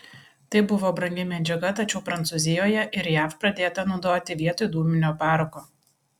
tai buvo brangi medžiaga tačiau prancūzijoje ir jav pradėta naudoti vietoj dūminio parako